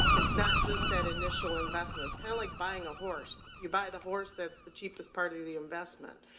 it's not just that initial investment, kind of like buying a horse, you buy the horse that's the cheapest part of the the investment.